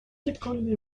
economy